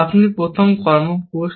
আপনি প্রথম কর্ম পুসড